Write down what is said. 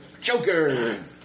Joker